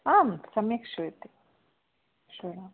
आं सम्यक् श्रूयते श्रूयते